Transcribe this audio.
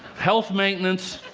health maintenance.